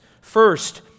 First